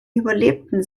überlebten